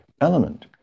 element